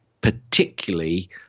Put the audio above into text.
particularly